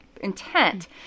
intent